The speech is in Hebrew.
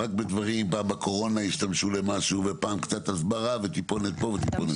רק בקורונה השתמשו למשהו ופה משהו ושם משהו.